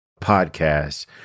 podcast